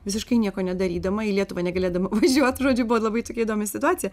visiškai nieko nedarydama į lietuvą negalėdama važiuot žodžiu buvo labai tokia įdomi situacija